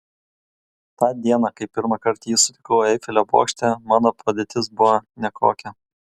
tą dieną kai pirmąkart jį sutikau eifelio bokšte mano padėtis buvo nekokia